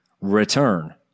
return